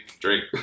Drink